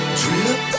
drip